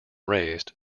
raised